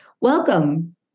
Welcome